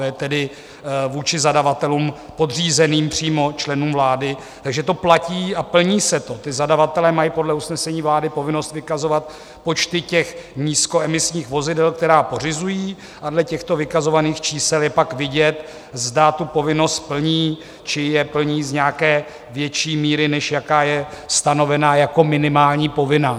To je tedy vůči zadavatelům podřízeným přímo členům vlády, takže to platí a plní se to, zadavatelé mají podle usnesení vlády povinnost vykazovat počty nízkoemisních vozidel, která pořizují, a dle těchto vykazovaných čísel je pak vidět, zda tu povinnost plní či je plní z nějaké větší míry, než jaká je stanovena jako minimální povinná.